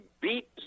beat